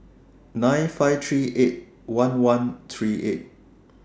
nine five three eight one one three eight